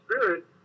spirit